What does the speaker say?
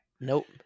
Nope